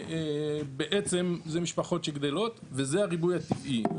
ובעצם זה משפחות שגדלות וזה הריבוי הטבעי שלהן.